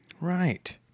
Right